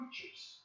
creatures